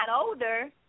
older